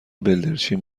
بلدرچین